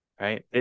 right